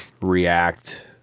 react